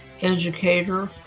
educator